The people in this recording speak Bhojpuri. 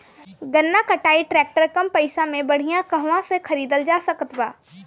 गन्ना कटाई ट्रैक्टर कम पैसे में बढ़िया कहवा से खरिदल जा सकत बा?